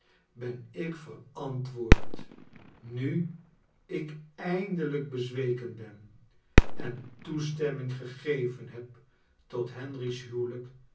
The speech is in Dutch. ben ik verantwoord nu ik eindelijk bezweken ben en toestemming gegeven heb tot henry s huwelijk